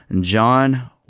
John